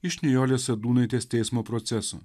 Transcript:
iš nijolės sadūnaitės teismo proceso